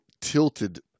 tilted